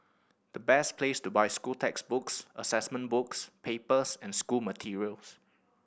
the best place to buy school textbooks assessment books papers and school materials